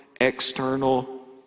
external